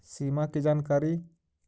सिमा कि जानकारी?